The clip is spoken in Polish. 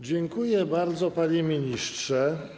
Dziękuję bardzo, panie ministrze.